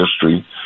history